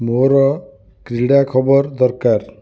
ମୋର କ୍ରୀଡ଼ା ଖବର ଦରକାର